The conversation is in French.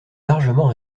largement